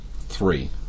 three